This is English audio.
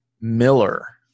Miller